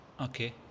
Okay